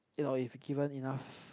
you know if you give them enough